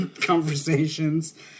conversations